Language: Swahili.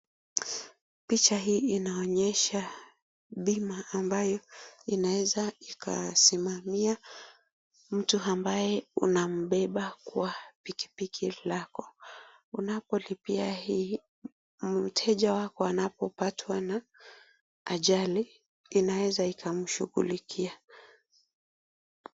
Picha hii inaonyesha bima ambayo inaeza ikasimamia mtu ambaye unambeba kwa pikipiki lako. Unapolipia hii mteja wako anapopatwa na ajali inaeza ikamshughulikia.